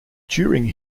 during